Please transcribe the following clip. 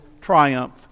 triumph